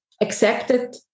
accepted